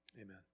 Amen